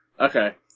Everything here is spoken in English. Okay